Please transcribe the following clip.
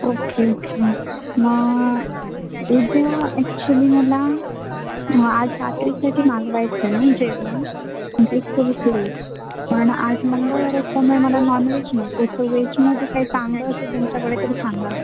okay okay मग उद्या actually मला आज रात्रीसाठी मागवायचं आहे जेवण म्हणजे फुल प्ले पण आज मंगळवार असल्यामुळे मला नॉनव्हेज नको सो वेजमध्ये काही चांगलं असेल तुमच्याकडे तर सांगा